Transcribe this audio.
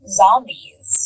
zombies